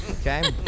Okay